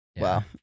Wow